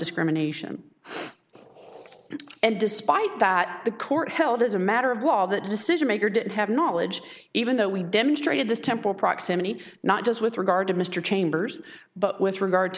discrimination and despite that the court held as a matter of law that decision maker did have knowledge even though we demonstrated this temple proximity not just with regard to mr chambers but with regard to